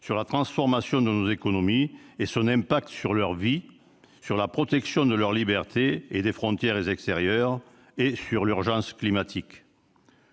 sur la transformation de nos économies et ses conséquences sur leur vie, sur la protection de leurs libertés et des frontières extérieures, ainsi que sur l'urgence climatique.